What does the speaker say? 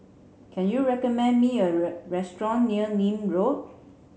can you recommend me a restaurant near Nim Road